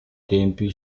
tempi